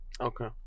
okay